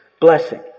blessing